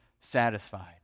satisfied